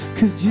Cause